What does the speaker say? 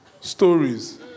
stories